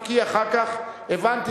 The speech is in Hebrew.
אם כי אחר כך הבנתי,